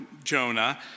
Jonah